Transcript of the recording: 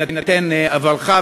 בהינתן עברך,